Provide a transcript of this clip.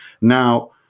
Now